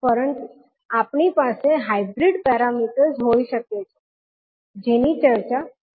પરંતુ આપણી પાસે હાઇબ્રીડ પેરામીટર્સ હોઈ શકે છે જેની ચર્ચા આપણે આગળના લેક્ચર્સ માં કરીશું